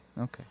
okay